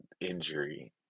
injury